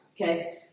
okay